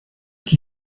qui